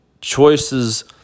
choices